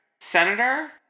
Senator